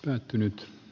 ärtynyt